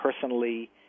personally